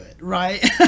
right